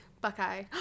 Buckeye